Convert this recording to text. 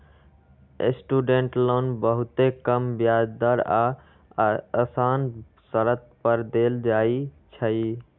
student loan बहुते कम ब्याज दर आऽ असान शरत पर देल जाइ छइ